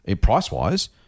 price-wise